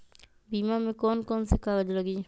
बीमा में कौन कौन से कागज लगी?